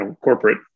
corporate